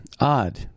odd